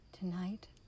Tonight